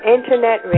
Internet